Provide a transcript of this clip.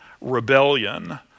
rebellion